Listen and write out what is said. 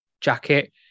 jacket